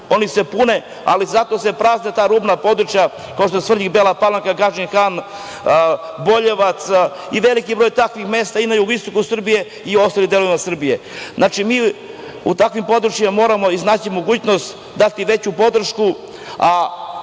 oni se pune, ali zato se prazne ta rubna područja, kao što je Svrljig, Bela Palanka, Gadžin Han, Boljevac i veliki broj takvih mesta i na jugoistoku Srbije i ostalim delovima Srbije. Znači, mi u takvim područjima moramo iznaći mogućnost i dati veću podršku,